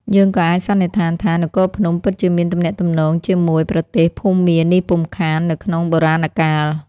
យើងក៏អាចសន្និដ្ឋានថា នគរភ្នំពិតជាមានទំនាក់ទំនងជាមួយ ប្រទេសភូមានេះពុំខាន នៅក្នុង បុរាណកាល។